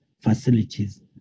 facilities